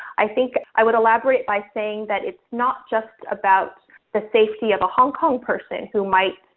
i think i would elaborate by saying that it's not just about the safety of a hong kong person who might,